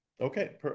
Okay